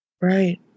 Right